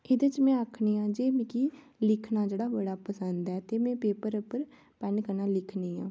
एह्दे च में आखनी आं के मिगी लिखना जेह्ड़ा बड़ा पसंद ऐ ते में पेपर उप्पर पैन्न कन्नै लिखनी आं